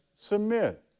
submit